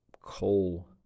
Coal